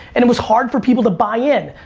and it was hard for people to buy in.